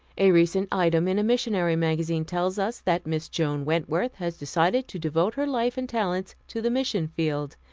a recent item in a missionary magazine tells us that miss joan wentworth has decided to devote her life and talents to the missionfield.